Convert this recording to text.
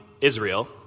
Israel